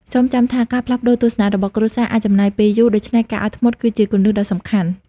សូមចាំថា ការផ្លាស់ប្តូរទស្សនៈរបស់គ្រួសារអាចចំណាយពេលយូរ ដូច្នេះការអត់ធ្មត់គឺជាគន្លឹះដ៏សំខាន់។